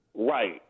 Right